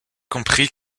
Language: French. comprit